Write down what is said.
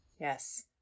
Yes